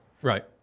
Right